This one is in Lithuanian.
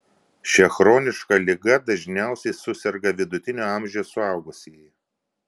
šia chroniška liga dažniausiai suserga vidutinio amžiaus suaugusieji